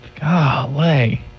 Golly